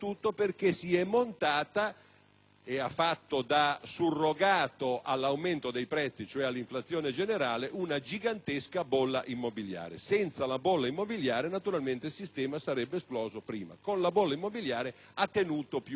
e ha fatto da surrogato all'aumento dei prezzi, cioè all'inflazione generale - una gigantesca bolla immobiliare; senza questa naturalmente il sistema sarebbe esploso prima, con la bolla immobiliare ha tenuto più a lungo.